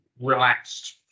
relaxed